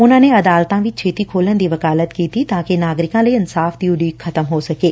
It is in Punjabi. ਉਨੂਂ ਨੇ ਅਦਾਲਤਾਂ ਵੀ ਛੇਤੀ ਖੋਲੁਣ ਦੀ ਵਕਾਲਤ ਕੀਤੀ ਤਾਂ ਕਿ ਨਾਗਰਿਕਾਂ ਲਈ ਇਨਸਾਫ ਦੀ ਉਡੀਕ ਖਤਮ ਹੋ ਸਕੇ